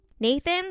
Nathan